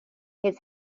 his